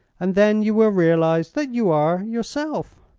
and then you will realize that you are yourself.